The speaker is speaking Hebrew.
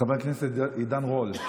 חבר הכנסת עידן רול.